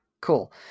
Cool